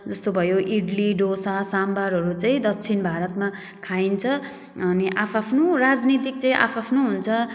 जस्तो भयो इडली डोसा साम्भरहरू चैँ दक्षिण भारतमा खाइन्छ अनि आफ्आफ्नो राजनीतिक चाहिँ आफ्आफ्नो हुन्छ